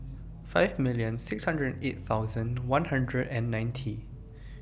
five million six hundred eight thousand one hundred and ninety